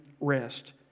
rest